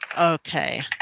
Okay